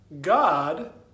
God